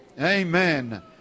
Amen